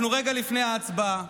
אנחנו רגע לפני ההצבעה,